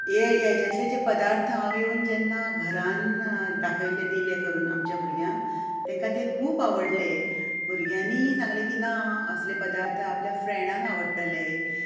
हेज्यांतले जे पदार्थ हांव येवन जेन्ना घरांत दाखयले दिले करून आमच्या भुरग्यांक तेंका ते खूब आवडले भुरग्यांनी सांगलें की ना असले पदार्थ आपल्या फ्रॅंडांक आवडटले